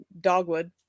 dogwood